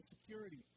security